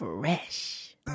Fresh